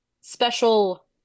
special